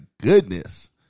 goodness